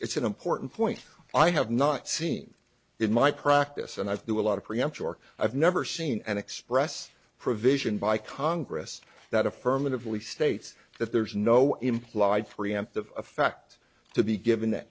it's an important point i have not seen in my practice and i do a lot of preemption or i've never seen an express provision by congress that affirmatively states that there's no implied preempt of a fact to be given